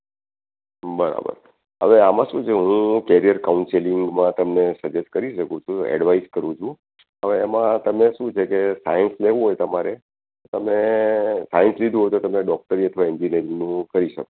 બરાબર હવે આમાં શું છે હું કેરીયર કાઉન્સિલિંગમાં તમને સજેસ્ટ કરી શકું છું એડવાઈઝ કરું છું હવે એમાં તમે શું છે કે સાઈન્સ લેવું હોય તમારે તમે સાઈન્સ લીધું તો તમે ડૉક્ટરી અથવા એન્જીનિયરીંગનું કરી શકો